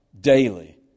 daily